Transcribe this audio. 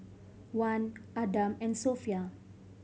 Wan Adam and Sofea